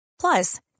Plus